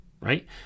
right